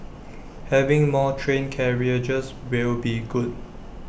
having more train carriages will be good